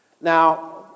Now